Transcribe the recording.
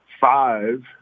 five